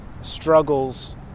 struggles